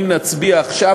אם נצביע עכשיו,